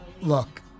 look